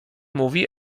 mówi